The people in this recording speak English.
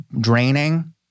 draining